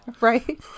Right